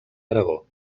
aragó